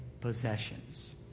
possessions